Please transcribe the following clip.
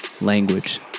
language